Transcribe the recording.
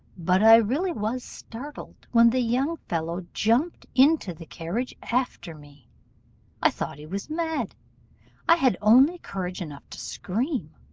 but i really was startled when the young fellow jumped into the carriage after me i thought he was mad i had only courage enough to scream.